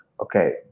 okay